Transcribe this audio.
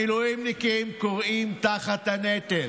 המילואימניקים כורעים תחת הנטל.